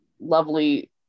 lovely